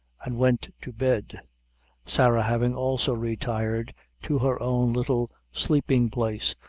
and went to bed sarah having also retired to her own little sleeping place,